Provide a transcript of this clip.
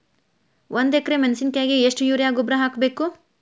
ಒಂದು ಎಕ್ರೆ ಮೆಣಸಿನಕಾಯಿಗೆ ಎಷ್ಟು ಯೂರಿಯಾ ಗೊಬ್ಬರ ಹಾಕ್ಬೇಕು?